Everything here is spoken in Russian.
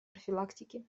профилактики